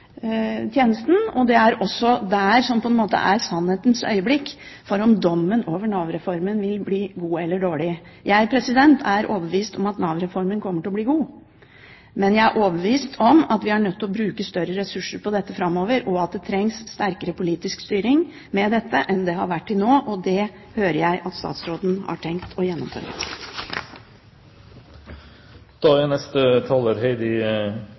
tjenesten, og det er også der sannhetens øyeblikk for dommen over Nav-reformen vil komme: Vil den bli god, eller vil den bli dårlig? Jeg er overbevist om at Nav-reformen kommer til å bli god, men jeg er også overbevist om at vi er nødt til å bruke større ressurser på dette framover, og at det trengs sterkere politisk styring med dette enn det har vært til nå. Det hører jeg at statsråden har tenkt å gjennomføre.